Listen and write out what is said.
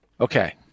okay